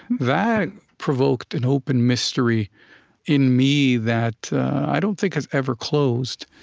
that provoked an open mystery in me that i don't think has ever closed.